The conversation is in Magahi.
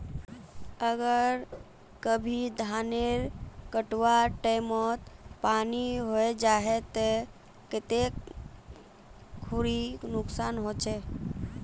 अगर कभी धानेर कटवार टैमोत पानी है जहा ते कते खुरी नुकसान होचए?